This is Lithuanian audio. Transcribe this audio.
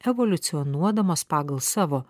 evoliucionuodamos pagal savo